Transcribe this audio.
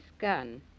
gun